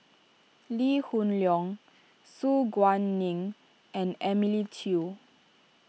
Lee Hoon Leong Su Guaning and Emily Chew